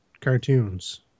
cartoons